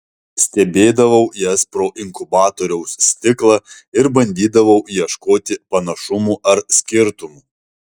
stebėdavau jas pro inkubatoriaus stiklą ir bandydavau ieškoti panašumų ar skirtumų